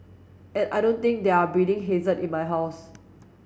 and I don't think there are breeding hazard in my house